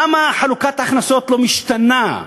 למה חלוקת ההכנסות לא משתנה?